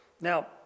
Now